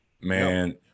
man